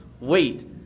wait